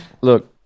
look